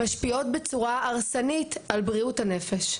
משפיעות בצורה הרסנית על בריאות הנפש,